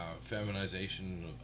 feminization